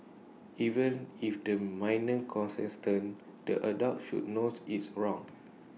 even if the minor consented the adult should knows it's wrong